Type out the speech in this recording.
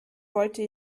wollte